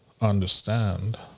understand